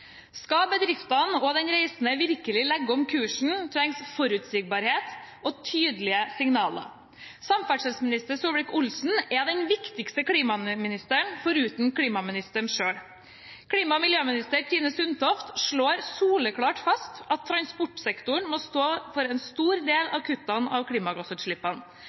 Skal bedriftene og den reisende virkelig legge om kursen, trengs forutsigbarhet og tydelige signaler. Samferdselsminister Solvik-Olsen er den viktigste klimaministeren foruten klimaministeren selv. Klima- og miljøminister Tine Sundtoft slår soleklart fast at transportsektoren må stå for en stor del av kuttene i klimagassutslippene.